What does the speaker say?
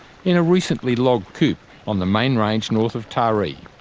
in a recently logged coupe on the main range north of taree.